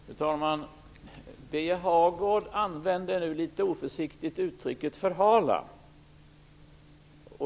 Fru talman! Birger Hagård använder nu litet oförsiktigt uttrycket förhala.